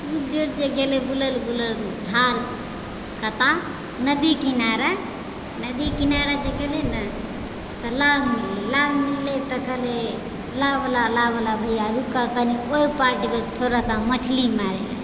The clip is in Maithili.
गेलै जे बुलल बुलल धार कता नदी किनारा नदी किनारा जे गेलै ने तऽ नाव मिलले नाव मिलले तऽ कनि नाववला नाववला भैया कनि रुकह कनि ओइ पार जेबै थोड़ासँ मछली मारैले